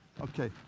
Okay